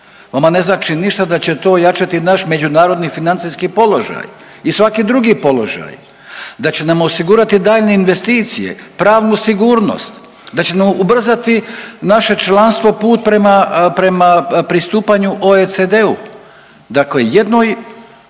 Vama ne znači ništa da će to ojačati naš međunarodni financijski položaj i svaki drugi položaj, da će nam osigurati daljnje investicije, pravnu sigurnost, da će nam ubrzati naše članstvo put prema, prema pristupanju OECD-u. Dakle, jednoj